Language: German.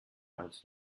als